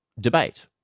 debate